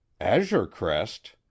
azurecrest